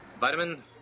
Vitamin